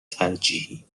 ترجیحی